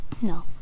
no